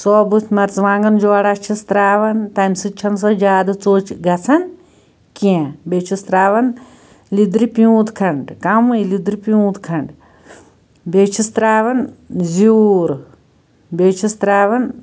ثوبوٗد مَرژٕوانٛگن جوراہ چھِس ترٛاوان تَمہِ سۭتۍ چھَ نہٕ سۄ زیادٕ ژۅچ گَژھان کیٚنٛہہ بیٚیہِ چھِس ترٛاوان لیٚدرِ پیٛوٗنٛت کھَنٛڈ کمٕے لیٚدرِ پیٛوٗنٛت کھَنٛڈ بیٚیہِ چھِس ترٛاوان زیوٗر بیٚیہِ چھِس ترٛاوان